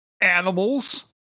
animals